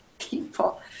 people